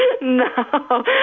No